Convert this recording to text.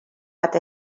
bat